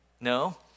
No